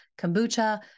kombucha